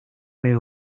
beth